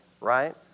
right